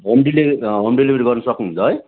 home delivery home delivery गर्नु सक्नुहुन्छ है